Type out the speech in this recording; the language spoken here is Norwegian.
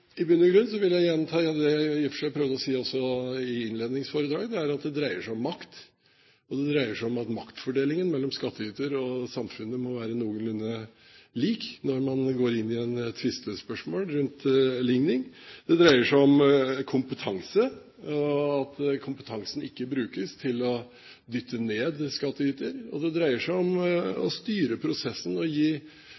i bunn og grunn vil jeg gjenta det jeg prøvde å si i innledningsforedraget. Det dreier seg om makt, og det dreier seg om at maktfordelingen mellom skattyter og samfunnet må være noenlunde lik når man går inn i et tvistespørsmål rundt ligning. Det dreier seg om kompetanse og at kompetansen ikke brukes til å dytte ned skattyter, og det dreier seg om